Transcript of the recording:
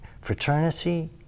fraternity